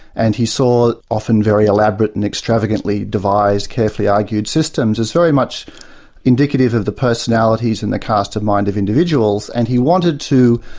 and he saw often very elaborate and extravagantly devised, carefully argued systems as very much indicative of the personalities and the cast of mind of individuals, and he wanted to,